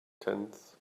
tenth